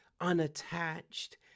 unattached